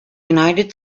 united